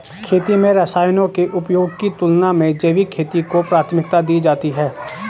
खेती में रसायनों के उपयोग की तुलना में जैविक खेती को प्राथमिकता दी जाती है